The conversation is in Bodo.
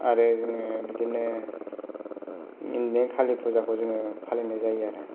आरो जोङो बिदिनो कालि फुजाखौ फालिनाय जायो आरो